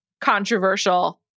controversial